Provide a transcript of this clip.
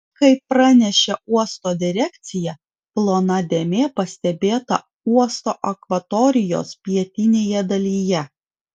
kaip pranešė uosto direkcija plona dėmė pastebėta uosto akvatorijos pietinėje dalyje